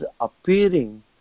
appearing